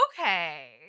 okay